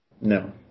No